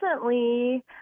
recently